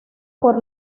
por